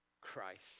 Christ